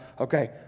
okay